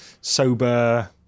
sober